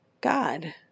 God